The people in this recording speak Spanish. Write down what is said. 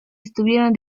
estuvieron